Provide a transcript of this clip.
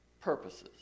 purposes